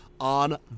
on